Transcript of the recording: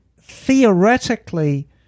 theoretically